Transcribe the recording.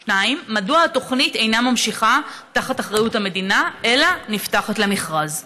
2. מדוע התוכנית אינה ממשיכה תחת אחריות המדינה אלא נפתחת למכרז?